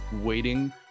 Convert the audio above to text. waiting